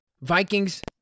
Vikings